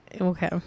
okay